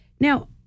Now